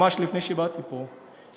ממש לפני שבאתי לפה,